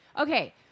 Okay